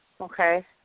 Okay